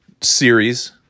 series